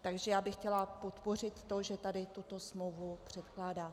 Takže já bych chtěla podpořit to, že tady tuto smlouvu předkládáte.